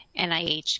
NIH